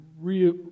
real